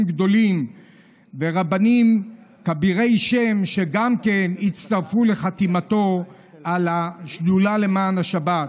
גדולים ורבנים כבירי שם הצטרפו לחתימתו על השדולה למען השבת.